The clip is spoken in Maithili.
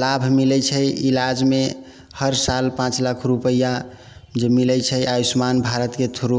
लाभ मिलै छै इलाजमे हर साल पाँच लाख रुपैआ जे मिलै छै आयुष्मान भारतके थ्रू